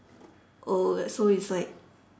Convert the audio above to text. oh so it's like